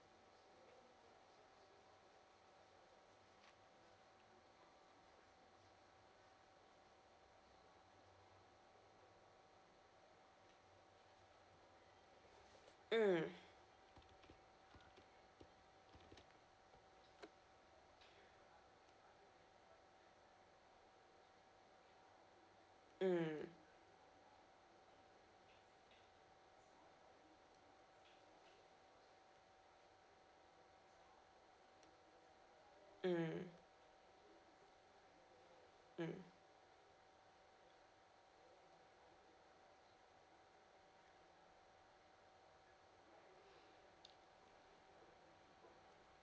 mm mm mm mm